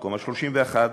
במקום ה-31,